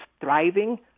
thriving